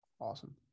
awesome